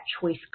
choice